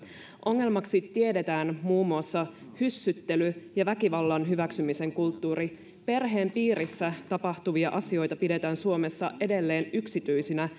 ongelmaksi tiedetään muun muassa hyssyttely ja väkivallan hyväksymisen kulttuuri perheen piirissä tapahtuvia asioita pidetään suomessa edelleen yksityisinä